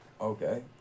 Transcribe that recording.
Okay